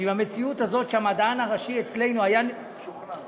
עם המציאות הזאת שהמדען הראשי אצלנו היה שוכנענו.